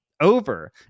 Over